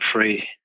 free